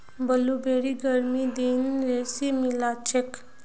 blueberry गर्मीर दिनत बेसी मिलछेक